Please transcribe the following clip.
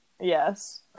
Yes